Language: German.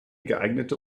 geeignete